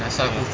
mm